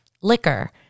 Liquor